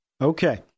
Okay